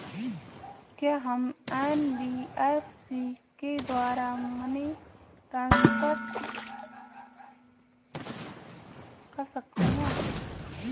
क्या हम एन.बी.एफ.सी के द्वारा मनी ट्रांसफर कर सकते हैं?